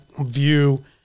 view